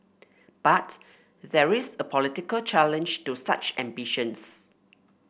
but there is a political challenge to such ambitions